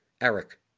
Eric